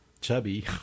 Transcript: chubby